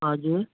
हजुर